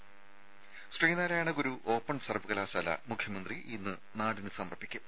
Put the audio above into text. ത ശ്രീനാരായണ ഗുരു ഓപ്പൺ സർവ്വകലാശാല മുഖ്യമന്ത്രി ഇന്ന് നാടിന് സമർപ്പിക്കും